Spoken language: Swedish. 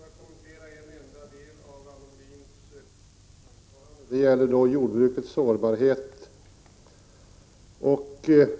Herr talman! Jag tänker bara kommentera en enda del av Anna Wohlin-Anderssons anförande, nämligen den om jordbrukets sårbarhet.